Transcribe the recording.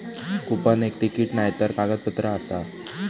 coupon एक ticket नायतर कागदपत्र आसा